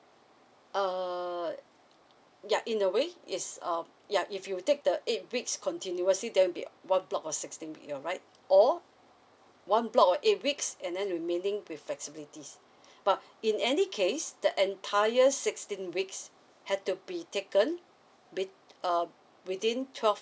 err yeah in a way it's um yeah if you take the eight weeks continuously then will be one block of sixteen week you are right or one block or eight weeks and then remaining with flexibilities but in any case the entire sixteen weeks had to be taken with err within twelve